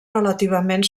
relativament